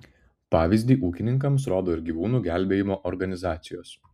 pavyzdį ūkininkams rodo ir gyvūnų gelbėjimo organizacijos